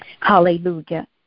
Hallelujah